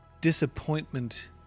Disappointment